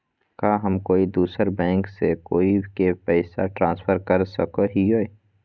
का हम कोई दूसर बैंक से कोई के पैसे ट्रांसफर कर सको हियै?